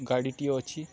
ଗାଡ଼ିଟିଏ ଅଛି